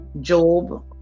Job